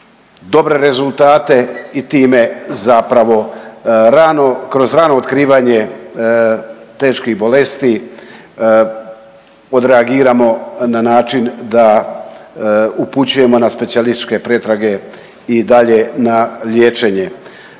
dobre rezultate i time zapravo rano, kroz rano otkrivanje teških bolesti odreagiramo na način da upućujemo na specijalističke pretrage i dalje na liječenje.